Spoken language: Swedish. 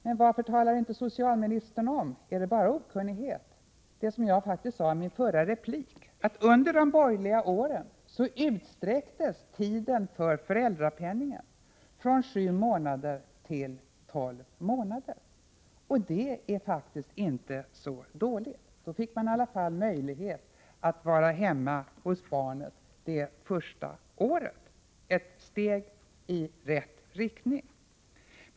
Men varför talar inte socialministern om det som jag sade i min förra replik, att under de borgerliga åren utsträcktes tiden för föräldrapenningen från sju månader till tolv månader? Beror det bara på okunnighet? Det är faktiskt inte så dåligt. Då fick man i alla fall möjlighet att vara hemma hos barnet det första året — ett steg i rätt riktning.